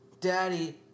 daddy